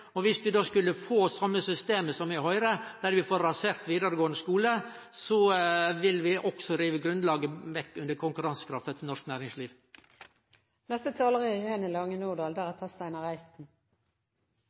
Noreg. Viss vi skulle få det systemet vi høyrer om, der vi får rasert vidaregåande skule, vil vi også rive grunnlaget vekk under konkurransekrafta til norsk